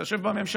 אתה יושב בממשלה.